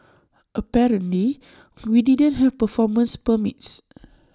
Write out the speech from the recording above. apparently we didn't have performance permits